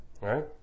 Right